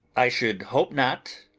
i should hope not.